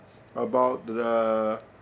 about the